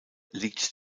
liegt